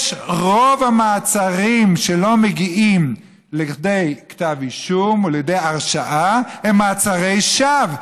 שרוב המעצרים שלא מגיעים לכדי כתב אישום או לידי הרשעה הם מעצרי שווא.